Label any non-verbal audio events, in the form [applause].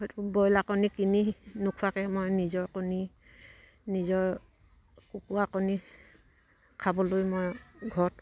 [unintelligible] কণী কিনি নোখোৱাকে মই নিজৰ কণী নিজৰ কুকুৰা কণী খাবলৈ মই ঘৰত